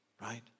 Right